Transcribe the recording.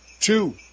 two